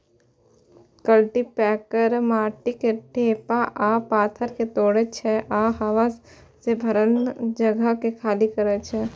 cultipacker माटिक ढेपा आ पाथर कें तोड़ै छै आ हवा सं भरल जगह कें खाली करै छै